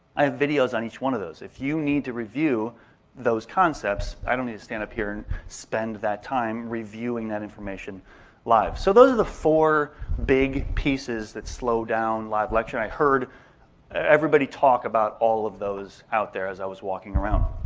i have videos on each one of those. if you need to review those concepts i don't need to stand up here and spend that time reviewing that information live. so those are the four big pieces that slow down live lecture. and i heard everybody talk about all of those out there as i was walking around.